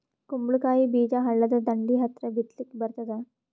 ಕುಂಬಳಕಾಯಿ ಬೀಜ ಹಳ್ಳದ ದಂಡಿ ಹತ್ರಾ ಬಿತ್ಲಿಕ ಬರತಾದ?